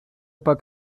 pak